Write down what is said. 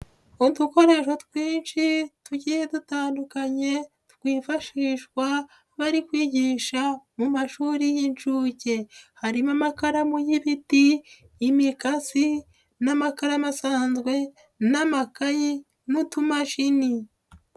Udukoresho twinshi tugiye dutandukanye twifashishwa bari kwigisha mu mashuri y'inshuke, harimo amakaramu y'ibiti, imikasi n'amakaramu asanzwe, n'amakayi n'utumashini.